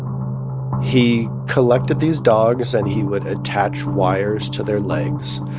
he collected these dogs, and he would attach wires to their legs,